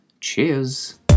Cheers